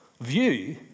view